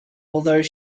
although